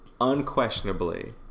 unquestionably